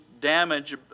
damage